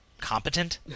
competent